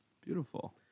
Beautiful